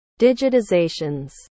digitizations